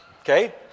okay